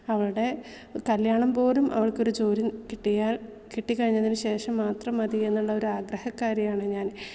അവൾടെ കല്ല്യാണം പോലും അവൾക്കൊരു ജോലി കിട്ടിയാൽ കിട്ടികഴിഞ്ഞതിന് ശേഷം മാത്രം മതിയെന്നുള്ളൊരു ആഗ്രഹക്കാരിയാണ് ഞാൻ